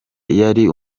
yari